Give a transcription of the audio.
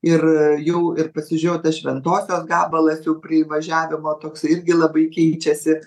ir jau ir pasižiūrėjau tas šventosios gabalas jau prie įvažiavimo toks irgi labai keičiasi